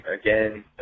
Again